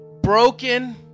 broken